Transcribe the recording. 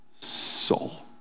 soul